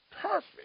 perfect